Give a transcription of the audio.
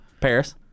Paris